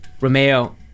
Romeo